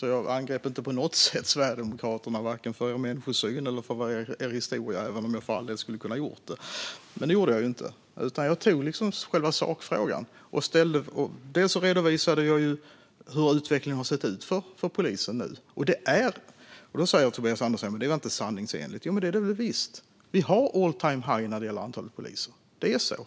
Jag angrep inte på något sätt Sverigedemokraterna, varken för er människosyn eller för er historia, även om jag för all del skulle ha kunnat göra det. Det gjorde jag inte, utan jag tog själva sakfrågan. Jag redovisade hur utvecklingen sett ut för polisen. Då säger Tobias Andersson att det inte är sanningsenligt. Det är det väl visst. Vi har all-time-high när det gäller antalet poliser. Det är så.